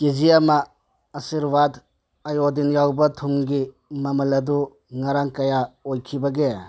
ꯀꯦ ꯖꯤ ꯑꯃ ꯑꯥꯔꯁꯤꯕꯥꯗ ꯑꯥꯏꯑꯣꯗꯤꯟ ꯌꯥꯎꯕ ꯊꯨꯝꯒꯤ ꯃꯃꯜ ꯑꯗꯨ ꯉꯔꯥꯡ ꯀꯌꯥ ꯑꯣꯏꯈꯤꯕꯒꯦ